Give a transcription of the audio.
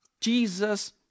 Jesus